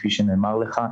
כפי שנאמר לך,